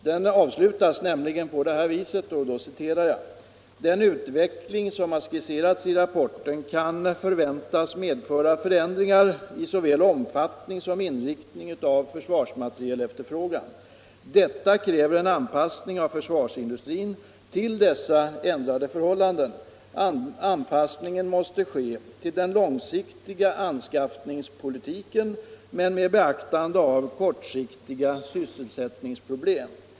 Den avslutas nämligen på detta vis: ”Den utveckling som skisseras i rapporten kan förväntas medföra förändringar i såväl omfattning som inriktning av försvarsmaterielefterfrågan. Detta kräver en anpassning av försvarsindustrin till dessa ändrade förhållanden. Anpassningen måste ske till den långsiktiga anskaffningspolitiken men med beaktande av kortsiktiga sysselsättningsproblem.